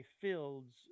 fields